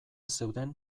zeuden